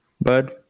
bud